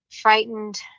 frightened